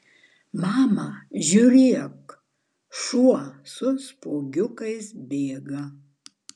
mama žiūrėk šuo su spuogiukais bėga